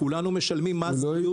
כולנו משלמים מס בריאות.